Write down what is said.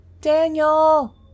Daniel